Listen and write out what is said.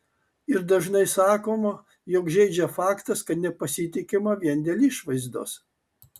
ir dažnai sakoma jog žeidžia faktas kad nepasitikima vien dėl išvaizdos